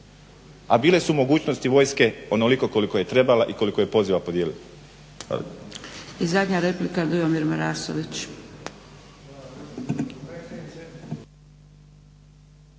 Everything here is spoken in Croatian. A bile su mogućnosti vojske onoliko koliko je trebala i koliko je poziva podijelila.